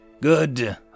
Good